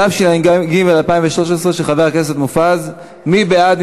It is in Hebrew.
התשע"ג 2013, של חבר הכנסת מופז, מי בעד?